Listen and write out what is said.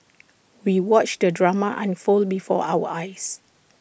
we watched the drama unfold before our eyes